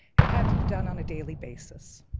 it had to be done on a daily basis.